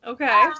Okay